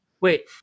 Wait